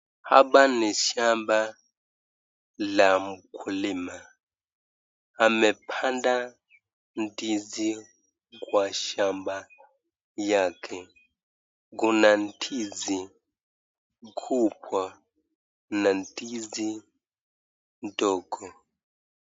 Hapa ni shamba la mkulima. Amepanda ndizi kwa shamba yake. Kuna ndizi kubwa na ndizi ndogo.